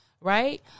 right